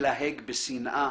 מלהג בשנאה,